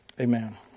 Amen